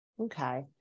okay